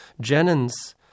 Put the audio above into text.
Jennings